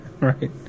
Right